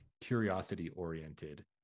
curiosity-oriented